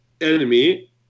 enemy